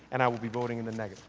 and i will be voting in the negative.